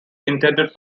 intended